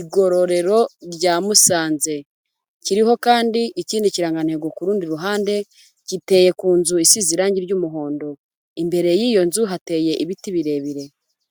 igororero rya Musanze, kiriho kandi ikindi kirangantego ku rundi ruhande, giteye ku nzu isize irangi ry'umuhondo, imbere y'iyo nzu hateye ibiti birebire.